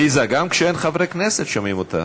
עליזה, גם כשאין חברי כנסת שומעים אותך.